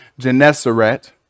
Genesaret